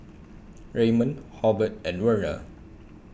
Raymon Hobert and Werner